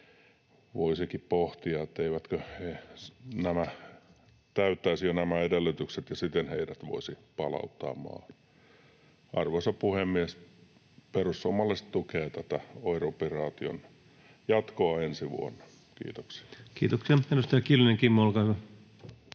voisikin pohtia, etteivätkö nämä täyttäisi jo nämä edellytykset ja siten heidät voisi palauttaa maahan. Arvoisa puhemies! Perussuomalaiset tukevat tätä OIR-operaation jatkoa ensi vuonna. — Kiitoksia. Kiitoksia. — Edustaja Kiljunen, Kimmo, olkaa hyvä.